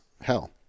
hell